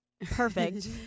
Perfect